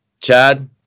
Chad